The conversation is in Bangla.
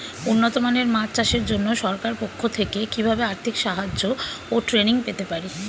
উন্নত মানের মাছ চাষের জন্য সরকার পক্ষ থেকে কিভাবে আর্থিক সাহায্য ও ট্রেনিং পেতে পারি?